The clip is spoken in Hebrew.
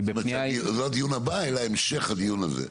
לא הדיון הבא, אלא המשך הדיון הזה.